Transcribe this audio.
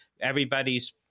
everybody's